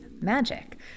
magic